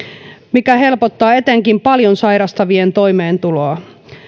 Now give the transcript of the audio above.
mikä helpottaa etenkin paljon sairastavien toimeentuloa